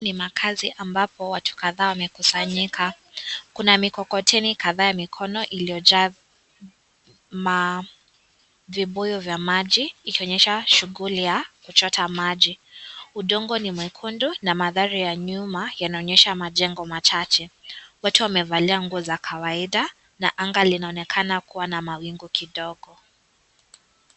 Makazi ambapo watu kadhaa wamekusanyika, Kuna mikokoteni kadhaa ya mikono iliyojaa vibuyu vya maji ikionyesha shughuli ya kuchota maji. Udongo ni mwekundu, na madhari ya nyuma yanaonyesha majengo machache. Watu wamevalia nguo za kawaida na anga linaonekana kuwa na mawingu kidogo.